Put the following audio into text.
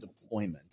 deployment